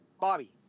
Bobby